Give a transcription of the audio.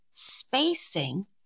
Spacing